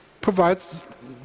provides